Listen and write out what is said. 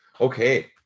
okay